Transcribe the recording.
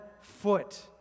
foot